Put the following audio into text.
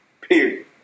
period